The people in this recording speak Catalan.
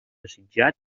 desitjat